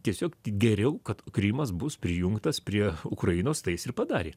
tiesiog geriau kad krymas bus prijungtas prie ukrainos tai jis ir padarė